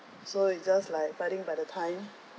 so it's just like biding by the time